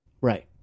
right